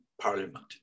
Parliament